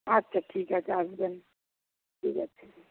আচ্ছা ঠিক আছে আসবেন ঠিক আছে